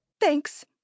Thanks